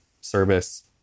service